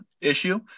issue